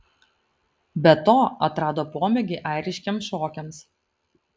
be to atrado pomėgį airiškiems šokiams